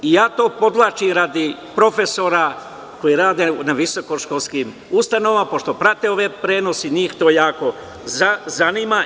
Podvlačim to radi profesora koji rade na visokoškolskim ustanovama, pošto prate ovaj prenos i njih to jako zanima.